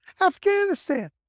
Afghanistan